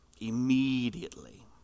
Immediately